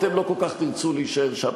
אתם לא כל כך תרצו להישאר שם.